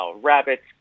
rabbits